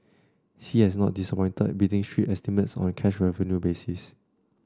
sea has not disappointed beating street estimates on a cash revenue basis